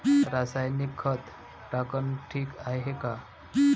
रासायनिक खत टाकनं ठीक हाये का?